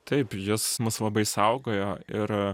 taip jis mus labai saugojo ir